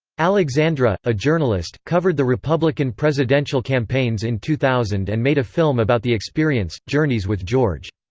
alexandra, a journalist, covered the republican presidential campaigns in two thousand and made a film about the experience, journeys with george.